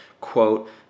Quote